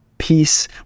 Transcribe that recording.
peace